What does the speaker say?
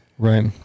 Right